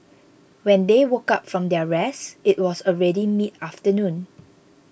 when they woke up from their rest it was already mid afternoon